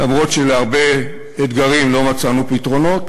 אף שלהרבה אתגרים לא מצאנו פתרונות,